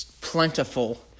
plentiful